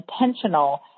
intentional